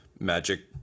magic